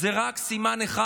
זה רק סימן אחד,